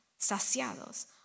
saciados